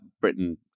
Britain